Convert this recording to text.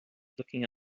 looking